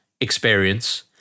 experience